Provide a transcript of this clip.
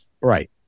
Right